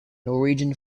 norwegian